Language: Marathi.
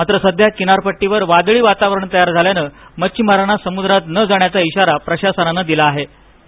मात्र सध्या किनारपट्टीवर वादळी वातावरण तयार झाल्याने मच्छिमारांना समुद्रात न जाण्याचे आदेश प्रशासनाने दिलेत